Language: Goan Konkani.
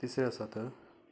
तिसऱ्यो आसात